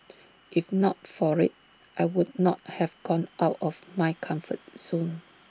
if not for IT I would not have gone out of my comfort zone